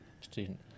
student